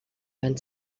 van